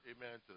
amen